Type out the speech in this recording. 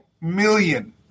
million